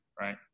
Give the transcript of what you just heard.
right